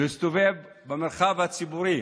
להסתובב במרחב הציבורי